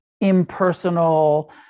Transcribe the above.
impersonal